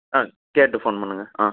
ஆ கேட்டு ஃபோன் பண்ணுங்கள் ஆ